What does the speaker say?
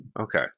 Okay